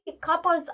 couples